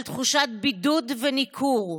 על תחושת בידוד וניכור.